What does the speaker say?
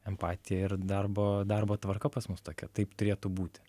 empatija ir darbo darbo tvarka pas mus tokia taip turėtų būti